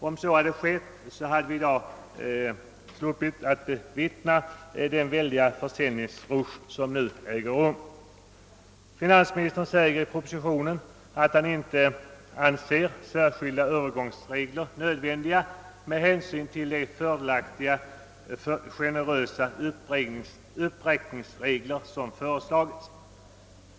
Om så hade skett, hade vi i dag inte behövt bevittna den väldiga försäljningsrush som nu äger rum. Finansministern säger i propositionen, att han inte anser särskilda övergångsregler nödvändiga med hänsyn till de fördelaktiga och generösa uppräkningsregler som föreslagits.